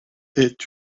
est